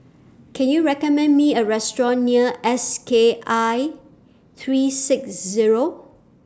Can YOU recommend Me A Restaurant near S K I three six Zero